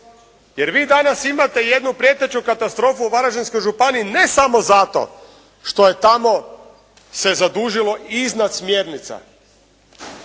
Jer vi danas imate jednu prijeteću katastrofu u Varaždinskoj županiji ne samo zato što je tamo se zadužilo i iznad smjernica